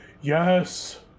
Yes